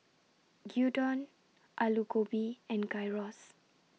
Gyudon Alu Gobi and Gyros